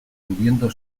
pudiendo